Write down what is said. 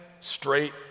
straight